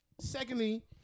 Secondly